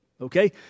okay